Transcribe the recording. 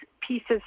pieces